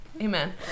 amen